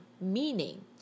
Meaning